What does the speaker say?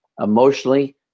emotionally